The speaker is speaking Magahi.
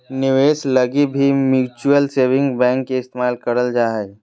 निवेश लगी भी म्युचुअल सेविंग बैंक के इस्तेमाल करल जा हय